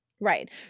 Right